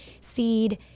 seed